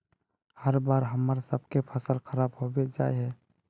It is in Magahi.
हर बार हम्मर सबके फसल खराब होबे जाए है?